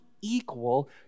equal